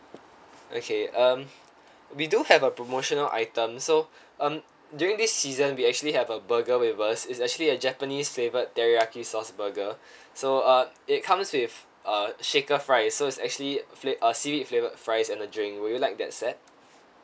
okay um we do have a promotional item so um during this season we actually have a burger with us is actually a japanese flavoured teriyaki sauce burger so uh it comes with uh shaker fries so it's actually uh seaweed flavoured fries and a drink would you like that set